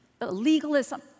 legalism